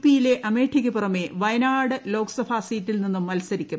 പിയിലെ അമേഠിയ്ക്കുപുറമേ വയനാട് ലോക്സഭാ സീറ്റിൽ നിന്നും മത്സരിക്കും